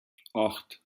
acht